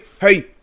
hey